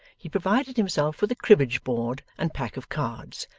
he provided himself with a cribbage-board and pack of cards,